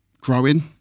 growing